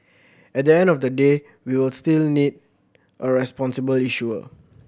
at the end of the day we'll still need a responsible issuer